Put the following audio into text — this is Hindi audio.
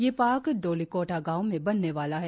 ये पार्क डोलिकोटा गांव में बनने वाला है